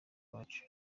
uwacu